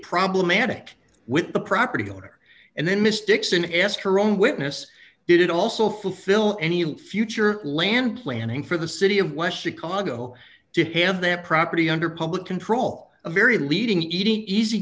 problematic with the property owner and then mystics and ask her own witness did it also fulfill any future land planning for the city of west the congo to have their property under public control a very leading eating easy